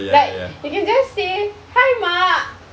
like you can just say hi mak